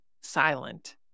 silent